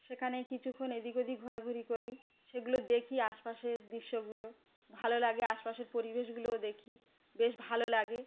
সেখানে কিছুক্ষণ এদিক ওদিক ঘোরাঘুরি করি সেগুলো দেখি আশপাশের দৃশ্যগুলো ভালো লাগে আশপাশের পরিবেশগুলোও দেখি বেশ ভালো লাগে